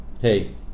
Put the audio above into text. hey